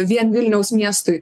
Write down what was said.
vien vilniaus miestui